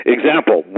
Example